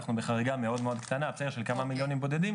אנחנו בחריגה מאוד מאוד קטנה של כמה מיליונים בודדים